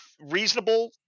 reasonable